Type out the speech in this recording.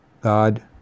God